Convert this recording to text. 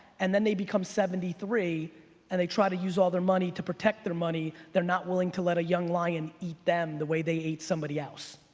and then they become seventy three and they try to use all their money to protect their money. they're not willing to let a young lion eat them the way they ate somebody else.